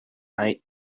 night